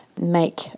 make